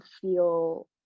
feel